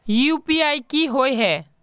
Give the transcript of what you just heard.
UPI की होय है?